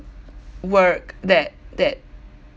work that that